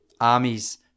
armies